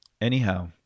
anyhow